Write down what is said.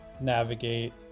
navigate